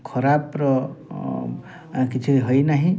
ଖରାପର କିଛି ହୋଇନାହିଁ